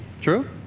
True